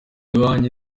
iwanjye